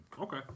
Okay